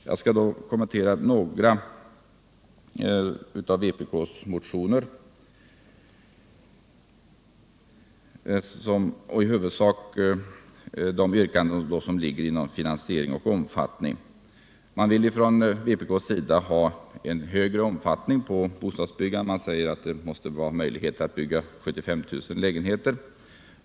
Jag skall kommentera några av vpk:s motioner, i huvudsak de yrkanden som rör bostadsbyggandets finansiering och omfattning. Vpk vill ha en större omfattning på bostadsbyggandet. Man säger att det måste skapas möjlighet att bygga 75 000 lägenheter.